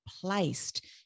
placed